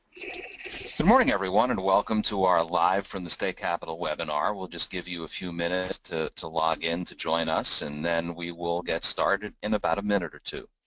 morning everyone and welcome to our live from the state capital webinar. we'll just give you a few minutes to to log in to join us and then we will get started in about a minute or two.